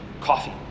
coffee